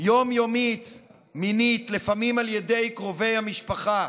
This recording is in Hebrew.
יום-יומית מינית, לפעמים על ידי קרובי המשפחה.